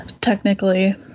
technically